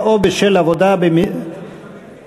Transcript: ובהיעדר מתנגדים או נמנעים אני קובע כי הצעת חוק הביטוח הלאומי (תיקון,